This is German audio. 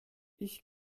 ich